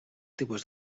tipus